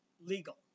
legal